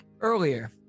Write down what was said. Earlier